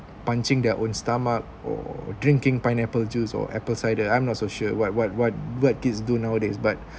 punching their own stomach or drinking pineapple juice or apple cider I'm not so sure what what what what kids do nowadays but